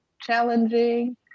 challenging